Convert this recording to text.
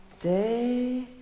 day